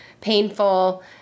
painful